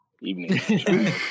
Evening